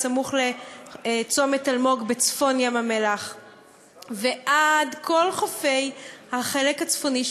סמוך לצומת אלמוג בצפון ים-המלח ועד כל חופי החלק הצפוני,